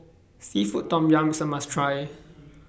Seafood Tom Yum IS A must Try